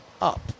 up